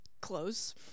Clothes